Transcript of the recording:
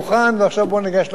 ועכשיו בואו ניגש להצבעה.